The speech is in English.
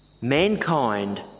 Mankind